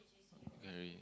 curry